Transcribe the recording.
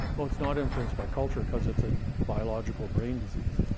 oh, it's not influenced by culture, because it's a biological brain disease.